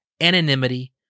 anonymity